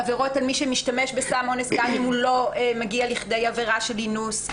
עבירות של מי שמשתמש בסם אונס גם אם הוא לא מגיע לכדי עבירה של אינוס.